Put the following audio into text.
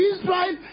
Israel